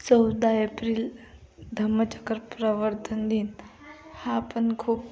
चौदा एप्रिल धम्मचक्र प्रवर्तन दिन हा पण खूप